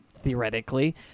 theoretically